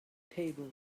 table